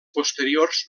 posteriors